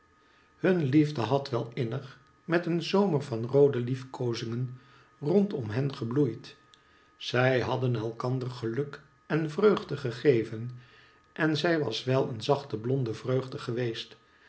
hunne liefde had wel innig met een zomer van roode liefkoozingen random hen gebloeid zij hadden elkander geluk en vreugde gegeven en zij was wel een zachte blonde vreugde geweest